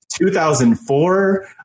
2004